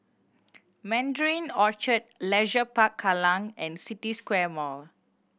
Mandarin Orchard Leisure Park Kallang and City Square Mall